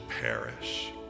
perish